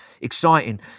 Exciting